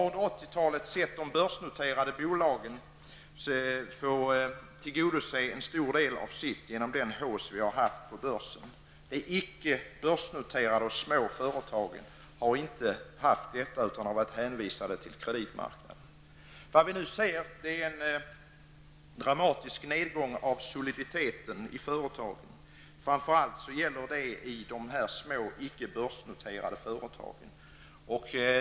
Under 80-talet har de börsnoterade företagen kunnat tillgodose en stor del av sitt behov av riskkapital genom den hausse vi har haft på börsen. De icke börsnoterade -- och små -- företagen har inte haft dessa möjligheter utan har varit hänvisade till kreditmarknaden. Vad vi nu ser är en dramatisk nedgång av soliditeten i företagen, framför allt i de små icke börsnoterade företagen.